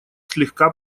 слегка